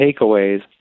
takeaways